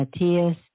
Matthias